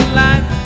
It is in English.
life